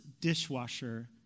dishwasher